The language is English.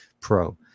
Pro